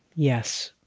yes,